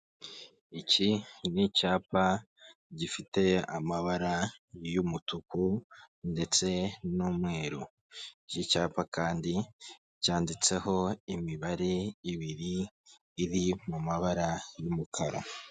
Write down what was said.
Iki ni icyapa gifite amabara y'umutuku ndetse n'umweru, icyi cyapa kandi cyanditseho imibare ibiri iri mu mabara y'umukara.